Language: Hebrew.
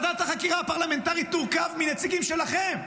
ועדת החקירה הפרלמנטרית תורכב מנציגים שלכם.